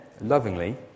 lovingly